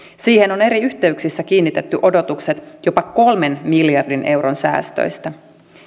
siihen on eri yhteyksissä kiinnitetty odotukset jopa kolmen miljardin euron säästöistä